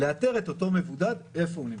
לאתר את אותו מבודד, איפה הוא נמצא.